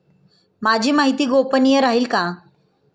माझी माहिती गोपनीय राहील का?